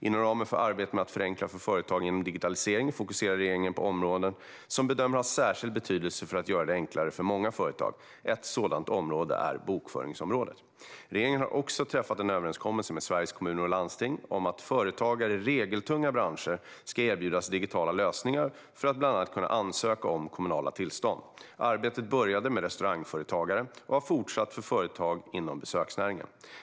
Inom ramen för arbetet med att förenkla för företagen genom digitalisering fokuserar regeringen på områden som bedöms ha särskild betydelse för att göra det enklare för många företag. Ett sådant område är bokföringsområdet. Regeringen har också träffat en överenskommelse med Sveriges Kommuner och Landsting om att företagare i regeltunga branscher ska erbjudas digitala lösningar för att bland annat kunna ansöka om kommunala tillstånd. Arbetet började med restaurangföretagare och har fortsatt för företag inom besöksnäringen.